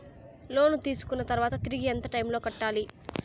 లోను తీసుకున్న తర్వాత తిరిగి ఎంత టైములో కట్టాలి